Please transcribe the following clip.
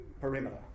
perimeter